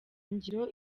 ngiro